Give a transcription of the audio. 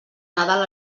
nadal